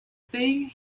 thing